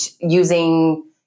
using